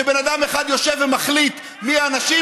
שבן אדם אחד יושב ומחליט מי האנשים.